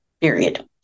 period